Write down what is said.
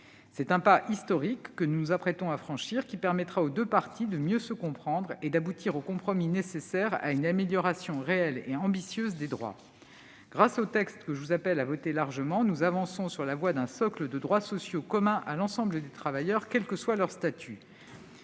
C'est un pas historique que nous nous apprêtons à franchir : il permettra aux deux parties de mieux se comprendre et d'aboutir aux compromis nécessaires à une amélioration réelle et ambitieuse des droits. Grâce au texte que je vous appelle à voter largement, nous avançons sur la voie d'un socle de droits sociaux communs à l'ensemble des travailleurs, quel que soit leur statut.